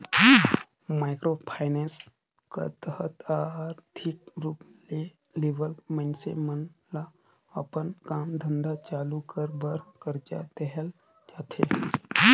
micro finance कर तहत आरथिक रूप ले लिबल मइनसे मन ल अपन काम धंधा चालू कर बर करजा देहल जाथे